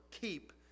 keep